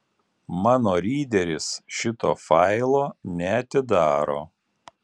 mano ryderis šito failo neatidaro